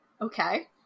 okay